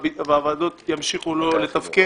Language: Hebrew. והוועדות ימשיכו לא לתפקד.